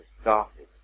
started